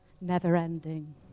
never-ending